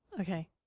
Okay